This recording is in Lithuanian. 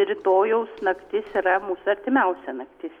rytojaus naktis yra mūsų artimiausia naktis